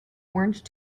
orange